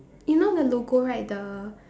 you know the logo right the